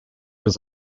was